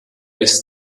ist